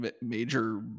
major